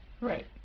right